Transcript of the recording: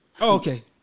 Okay